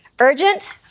Urgent